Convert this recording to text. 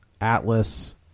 Atlas